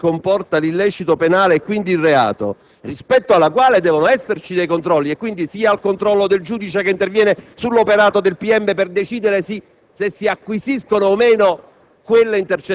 più grave, che comporta l'illecito penale, e quindi il reato, rispetto alla quale devono esserci dei controlli (e per la quale è giusto quindi il controllo del giudice che interviene sull'operato del PM per decidere se si acquisiscano o meno